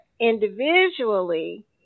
individually